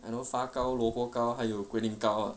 I know 发糕萝卜糕还有龟苓膏